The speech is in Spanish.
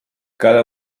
cada